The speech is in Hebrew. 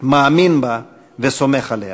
מאמין בה וסומך עליה.